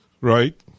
Right